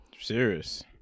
Serious